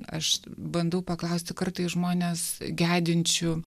aš bandau paklausti kartais žmonės gedinčių